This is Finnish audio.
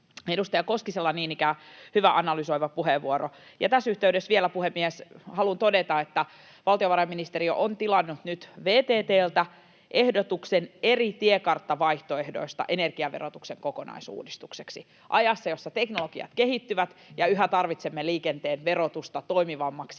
Edustaja Koskisella niin ikään hyvä analysoiva puheenvuoro. Ja tässä yhteydessä vielä, puhemies, haluan todeta, että valtiovarainministeriö on tilannut nyt VTT:ltä ehdotuksen eri tiekarttavaihtoehdoista energiaverotuksen kokonaisuudistukseksi ajassa, jossa teknologiat kehittyvät ja yhä tarvitsemme liikenteen verotusta toimivammaksi,